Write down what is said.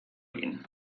egin